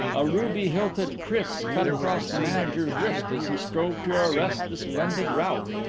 a ruby-hilted kris cut across the manager's wrist as he strove to arrest the splendid rout.